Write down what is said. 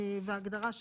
אם